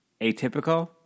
Atypical